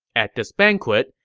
at this banquet,